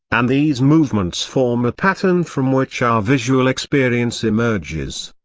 and these movements form a pattern from which our visual experience emerges.